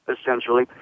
essentially